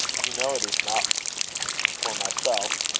you know it is not for myself.